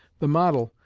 the model,